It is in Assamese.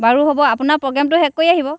বাৰু হ'ব আপোনাৰ প্ৰগ্ৰেমটো শেষ কৰি আহিব